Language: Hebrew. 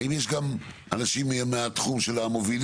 האם יש גם אנשים מהתחום של המובילים?